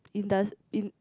indus~ in